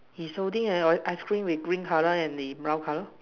he's holding the ice cream with green color and the brown color